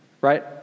Right